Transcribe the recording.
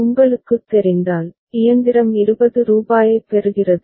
உங்களுக்குத் தெரிந்தால் இயந்திரம் 20 ரூபாயைப் பெறுகிறது